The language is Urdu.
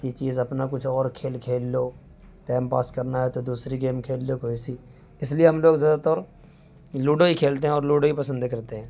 یہ چیز اپنا کچھ اور کھیل کھیل لو ٹائم پاس کرنا ہے تو دوسری گیم کھیل لو کوئی ایسی اس لیے ہم لوگ زیادہ تر لوڈو ہی کھیلتے ہیں اور لوڈو ہی پسند کرتے ہیں